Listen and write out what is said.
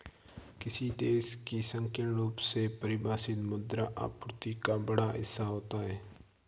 किसी देश की संकीर्ण रूप से परिभाषित मुद्रा आपूर्ति का बड़ा हिस्सा होता है